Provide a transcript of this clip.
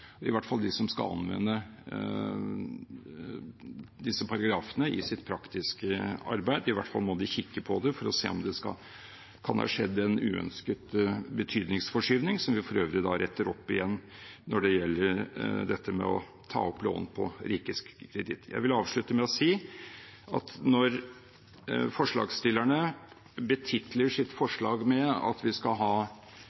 i hvert fall må de som skal anvende disse paragrafene i sitt praktiske arbeid, kikke på det for å se om det kan ha skjedd en uønsket betydningsforskyvning, som vi for øvrig da retter opp igjen når det gjelder dette med «å ta opp lån på rikets kreditt». Jeg vil avslutte med å si at når forslagsstillerne betitler sitt